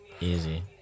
Easy